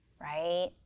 right